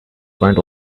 point